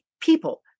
people